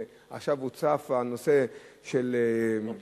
עכשיו הוצף הנושא של, לוביסטים.